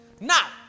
Now